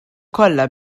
kollha